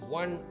one